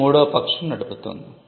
ఇది మూడవ పక్షం నడుపుతుంది